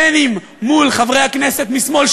בין מול חברי הכנסת משמאל,